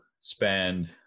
spend